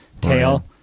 tail